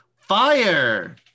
fire